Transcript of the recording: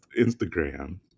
Instagram